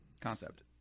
Concept